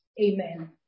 Amen